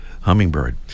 hummingbird